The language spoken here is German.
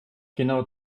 genau